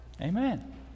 Amen